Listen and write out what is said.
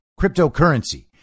cryptocurrency